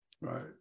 Right